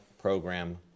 program